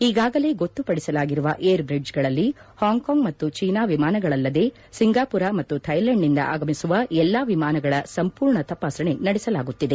ಈಗಾಗಲೇ ಗೊತ್ತು ಪಡಿಸಲಾಗಿರುವ ಏರ್ಬ್ರಿಡ್ಜ್ಗಳಲ್ಲಿ ಪಾಂಗ್ಕಾಂಗ್ ಮತ್ತು ಚೀನಾ ವಿಮಾನಗಳಲ್ಲದೇ ಸಿಂಗಪೂರ್ ಮತ್ತು ಥೈಲೆಂಡ್ನಿಂದ ಆಗಮಿಸುವ ಎಲ್ಲಾ ವಿಮಾನಗಳ ಸಂಪೂರ್ಣ ತಪಾಸಣೆ ನಡೆಸಲಾಗುತ್ತಿದೆ